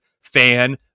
fan